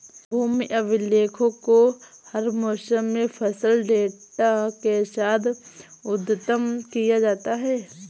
भूमि अभिलेखों को हर मौसम में फसल डेटा के साथ अद्यतन किया जाता है